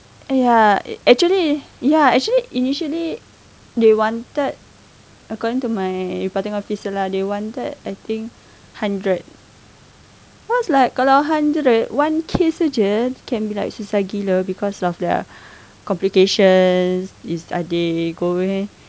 ya actually ya actually initially they wanted according to my reporting officer lah they wanted I think hundred I was like kalau hundred one case sahaja can be like besar gila because of their complications is are they